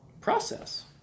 process